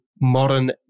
modern